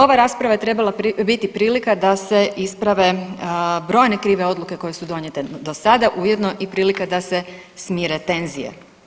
Ova rasprava je trebala biti prilika da se isprave brojne krive odluke koje su donijete do sada, ujedno i prilika da se smire tenzije.